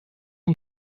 den